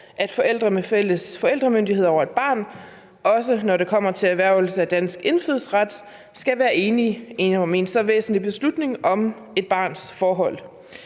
at forældre med fælles forældremyndighed over et barn, også når det kommer til erhvervelse af dansk indfødsret, skal være enige i så væsentlig en beslutning om et barns forhold.